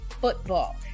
football